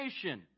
creation